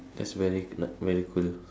that's very like very cool